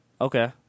Okay